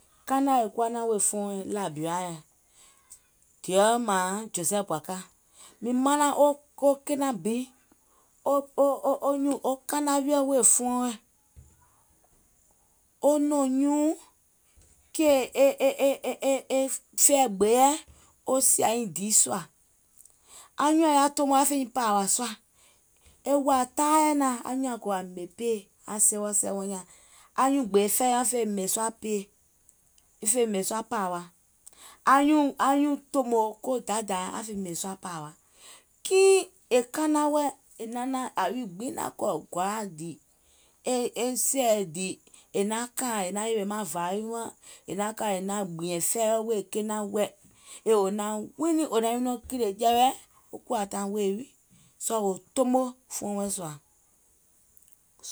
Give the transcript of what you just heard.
Kanaà è kuwa naàŋ wèè fuɔŋ wɛɛ̀ŋ àbira, dèwɛ mààŋ Joseph Boakai, mìŋ manaŋ o kenàŋ bi, o o o wo kana wiɔ̀ wèè fuɔŋ wɛɛ̀ŋ, o nɔ̀ŋ nyùùŋ e e e e kèì fɛi gbèeɛ̀ wo sìàiŋ di sùà. Anyùùŋ nyaŋ yaȧ toomo aŋ fè nyiŋ pȧȧwà sùà, e wàà taai yɛɛ̀ naàŋ anyùùŋ nyaŋ nyùùŋ kòò àŋ ɓèmè pay, aŋ civil servant nyaŋ, anyuùŋ gbèè fɛi nyàŋ fè ɓèmè sùà pay, fè ɓèmè suà pààwa, anyuùŋ tòmò ko daità nyaŋ aŋ fè ɓèmè sùà pààwa. Kiìŋ è kana wɛɛ̀, yàwi gbiŋ naŋ kɔ̀ gɔ̀àa dìì, e sɛ̀ɛ̀ɛ dìì è naŋ kaìŋ è naŋ yèwè maŋ vàa wi màŋ, è naŋ kɔ̀ è naŋ gbìɛ̀ŋ fɛi wèè kenȧŋ wɛɛ̀ yèè wò naŋ wiinìŋ wò naŋ wi nɔŋ kìlè jɛwɛ, wo kuwà taìŋ weè wi, sɔɔ̀ wo tomo fuɔŋ wɛɛ̀ sùà. zz